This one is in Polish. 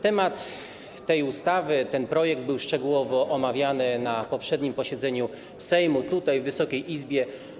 Temat tej ustawy, ten projekt był szczegółowo omawiany na poprzednim posiedzeniu Sejmu tutaj, w Wysokiej Izbie.